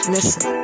listen